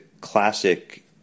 classic